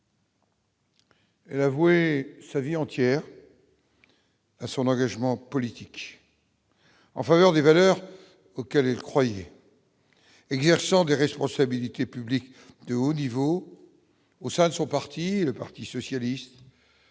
Elle a voué sa vie entière à son engagement politique en faveur des valeurs auxquelles elle croyait exerçant des responsabilités publiques de Woody vous au sein de son parti, le Parti socialiste.